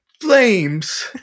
flames